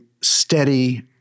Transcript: steady